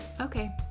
okay